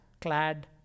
clad